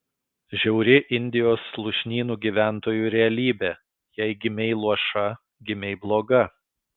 žiauri indijos lūšnynų gyventojų realybė jei gimei luoša gimei bloga